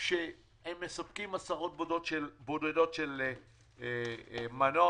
שהם מספקים עשרות בודדות של מנות.